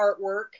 artwork